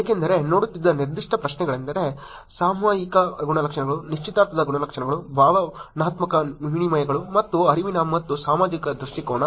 ಏಕೆಂದರೆ ನೋಡುತ್ತಿದ್ದ ನಿರ್ದಿಷ್ಟ ಪ್ರಶ್ನೆಗಳೆಂದರೆ ಸಾಮಯಿಕ ಗುಣಲಕ್ಷಣಗಳು ನಿಶ್ಚಿತಾರ್ಥದ ಗುಣಲಕ್ಷಣಗಳು ಭಾವನಾತ್ಮಕ ವಿನಿಮಯಗಳು ಮತ್ತು ಅರಿವಿನ ಮತ್ತು ಸಾಮಾಜಿಕ ದೃಷ್ಟಿಕೋನ